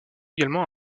également